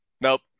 Nope